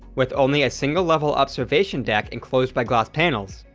with only a single level observation deck enclosed by glass panels,